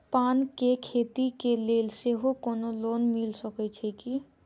पान केँ खेती केँ लेल सेहो कोनो लोन मिल सकै छी की?